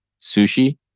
sushi